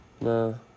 No